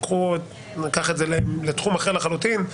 ניקח את זה לתחום אחר לחלוטין,